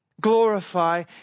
Glorify